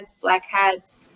blackheads